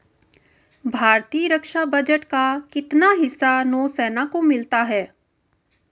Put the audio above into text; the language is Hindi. भारतीय रक्षा बजट का कितना हिस्सा नौसेना को मिलता है?